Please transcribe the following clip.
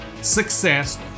success